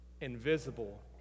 invisible